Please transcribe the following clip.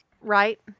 Right